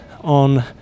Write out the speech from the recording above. on